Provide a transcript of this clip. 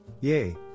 Yay